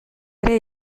ere